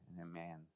amen